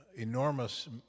enormous